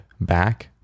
back